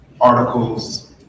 articles